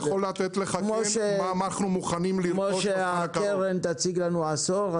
כפי שהקרן תציג לנו פעילות של עשור,